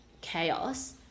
chaos